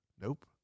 Nope